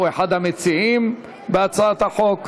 הוא אחד המציעים של הצעת החוק.